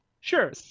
Sure